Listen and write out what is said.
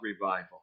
revival